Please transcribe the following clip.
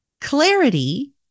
Clarity